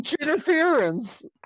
interference